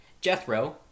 Jethro